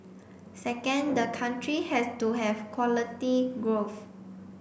second the country has to have quality growth